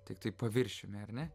tiktai paviršiumi ar ne